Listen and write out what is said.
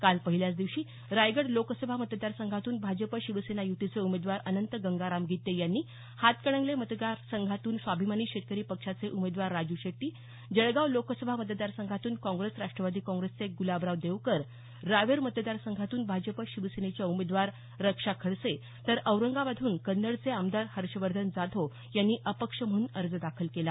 काल पहिल्याच दिवशी रायगड लोकसभा मतदार संघातून भाजप शिवसेना युतीचे उमेदवार अनंत गंगाराम गीते यांनी हातकणंगले मतदार संघातून स्वाभिमानी शेतकरी पक्षाचे उमेदवार राजू शेट्टी जळगाव लोकसभा मतदारसंघातून काँग्रेस राष्ट्रवादी काँग्रेसचे गुलाबराव देवकर रावेर मतदार संघातून भाजप शिवसेनेच्या उमेदवार रक्षा खडसे तर औरंगाबादहन कन्नडचे आमदार हर्षवर्धन जाधव यांनी अपक्ष म्हणून अर्ज दाखल केला